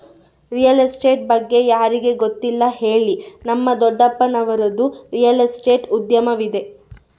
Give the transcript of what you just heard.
real estate ಬಗ್ಗೆ ಯಾರಿಗೆ ಗೊತ್ತಿಲ್ಲ ಹೇಳಿ, ನಮ್ಮ ದೊಡ್ಡಪ್ಪನವರದ್ದು ರಿಯಲ್ ಎಸ್ಟೇಟ್ ಉದ್ಯಮವಿದೆ